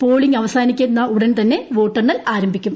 polling അവസാനിക്കുന്ന ഉടൻ തന്നെ വോട്ടെണ്ണൽ ആരംഭിക്കും